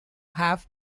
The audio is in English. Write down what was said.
have